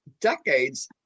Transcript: decades